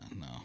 No